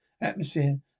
atmosphere